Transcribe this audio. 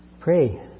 pray